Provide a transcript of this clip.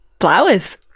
flowers